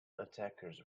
attackers